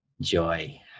joy